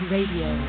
Radio